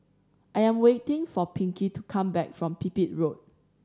I am waiting for Pinkie to come back from Pipit Road